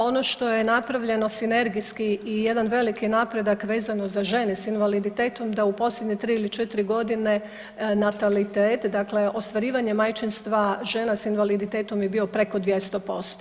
Ono što je napravljeno sinergijski i jedan veliki napredak vezano za žene s invaliditetom da u posljednje 3 ili 4.g. natalitet, dakle ostvarivanje majčinstva žena s invaliditetom je bio preko 200%